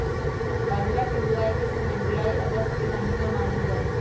बाजरा के बुवाई के समय जुलाई अगस्त के महीना मानल जाहई